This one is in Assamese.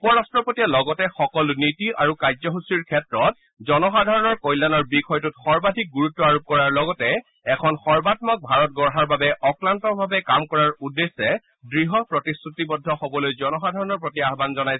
উপ ৰাষ্ট্ৰপতিয়ে লগতে সকলো নীতি আৰু কাৰ্যসূচীৰ ক্ষেত্ৰত জনসাধাৰণৰ কল্যাণৰ বিষয়টোত সৰ্বাধিক গুৰুত্ আৰোপ কৰাৰ লগতে এখন সৰ্বাম্মক ভাৰত গঢ়াৰ বাবে অক্লান্তভাৱে কাম কৰাৰ উদ্দেশ্যে দৃঢ় প্ৰতিশ্ৰুতিবদ্ধ হবলৈ জনসাধাৰণৰ প্ৰতি আহান জনায়